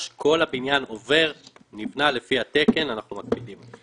וכל הבניין נבנה לפי התקן ואנחנו מקפידים על כך.